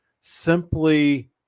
simply